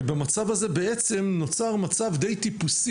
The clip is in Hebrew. ובמצב הזה בעצם נוצר מצב די טיפוסי